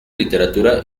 literatura